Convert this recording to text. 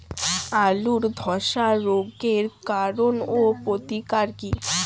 আলুর ধসা রোগের কারণ ও প্রতিকার কি?